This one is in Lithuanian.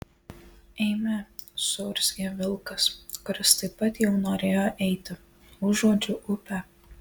eime suurzgė vilkas kuris taip pat jau norėjo eiti užuodžiu upę